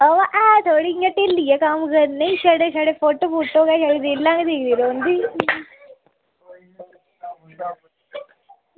बाऽ ऐ थोह्ड़ी इंया ढिल्ली ऐ कम्म करने छड़े फोटो ते रीलां गै दिक्खदी रौहंदी